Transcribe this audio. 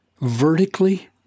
vertically